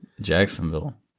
Jacksonville